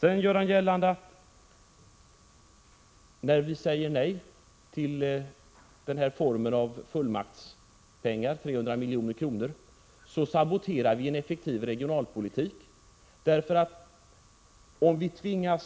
Vidare gör han gällande, att när vi säger nej till den här formen av fullmaktspengar —300 milj.kr. — saboterar vi en effektiv regionalpolitik. Men om vi bifaller